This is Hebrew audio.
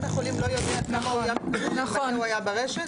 בית החולים לא יודע כמה הוא --- הוא היה ברשת?